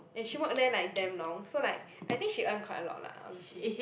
and she work there like damn long so like I think she earn quite a lot lah honestly